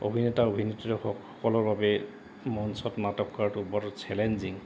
অভিনেতা অভিনেতসকলৰ বাবে মঞ্চত নাটক কৰাটো বৰ চেলেঞ্জিং